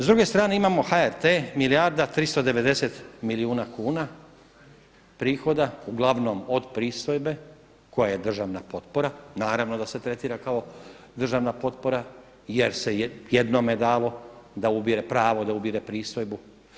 S druge strane imamo HRT, milijarda 390 milijuna kuna prihoda, uglavnom od pristojbe koja je državna potpora, naravno da se tretira kao državna potpora jer se jednome dalo da ubire pravo, da ubire pristojbu.